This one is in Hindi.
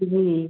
जी